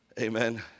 Amen